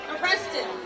Arrested